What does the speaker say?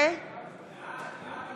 תודה רבה.